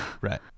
right